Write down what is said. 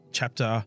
chapter